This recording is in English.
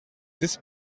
this